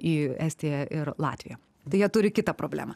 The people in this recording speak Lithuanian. į estiją ir latviją tai jie turi kitą problemą